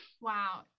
Wow